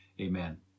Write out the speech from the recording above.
amen